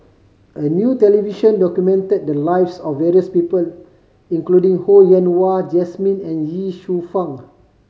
a new television documented the lives of various people including Ho Yen Wah Jesmine and Ye Shufang